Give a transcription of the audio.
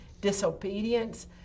disobedience